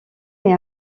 mais